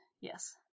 yes